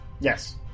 Yes